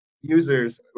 users